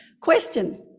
question